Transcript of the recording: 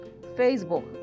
Facebook